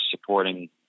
supporting